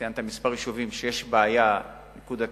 ציינת כמה יישובים שיש בהם בעיה נקודתית,